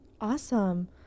Awesome